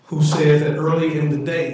who said earlier today